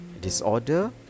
disorder